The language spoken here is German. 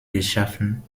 geschaffen